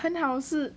很好是